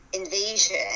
invasion